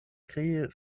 krei